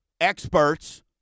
experts